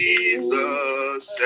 Jesus